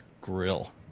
grill